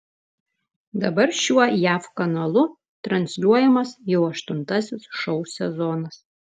dabar šiuo jav kanalu transliuojamas jau aštuntasis šou sezonas